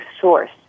source